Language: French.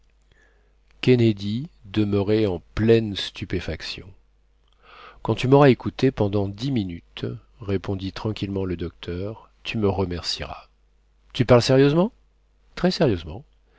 kennedy demeurait en pleine stupéfaction quand tu m'auras écouté pendant dix minutes répondit tranquillement le docteur tu me remercieras tu parles sérieusement très sérieusement